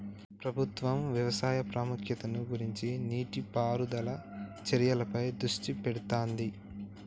ప్రభుత్వం వ్యవసాయ ప్రాముఖ్యతను గుర్తించి నీటి పారుదల చర్యలపై దృష్టి పెడుతాంది